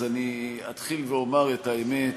אז אני אתחיל ואומר את האמת.